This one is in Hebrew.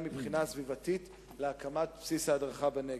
מהבחינה הסביבתית להקמת בסיס ההדרכה בנגב.